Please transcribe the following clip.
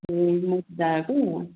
ए मैते दादाको